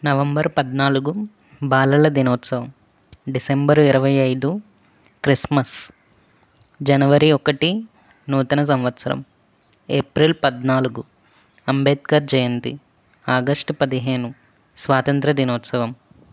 November పద్నాలుగు బాలల దినోత్సవం డిసెంబర్ ఇరవై ఐదు క్రిస్మస్ జనవరి ఒక్కటి నూతన సంవత్సరం ఏప్రిల్ పద్నాలుగు అంబేద్కర్ జయంతి ఆగస్టు పదిహేను స్వాతంత్ర దినోత్సవం